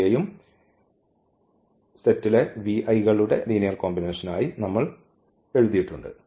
vector കളുടെ linear കോമ്പിനേഷൻകളായി നമ്മൾ എഴുതിയിട്ടുണ്ട്